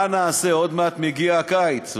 מה נעשה, עוד מעט מגיע הקיץ.